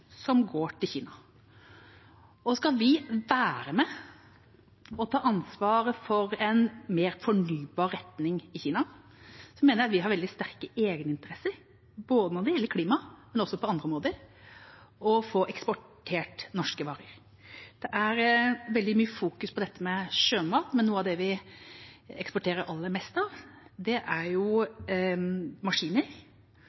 går til Kina. Skal vi være med og ta ansvar for en mer fornybar retning i Kina, mener jeg vi har veldig sterke egeninteresser, både når det gjelder klima, og på andre måter, i å få eksportert norske varer. Det er veldig sterkt fokus på sjømat, men noe av det vi eksporterer aller meste av, er